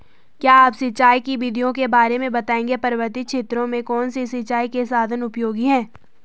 क्या आप सिंचाई की विधियों के बारे में बताएंगे पर्वतीय क्षेत्रों में कौन से सिंचाई के साधन उपयोगी हैं?